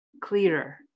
clearer